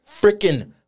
freaking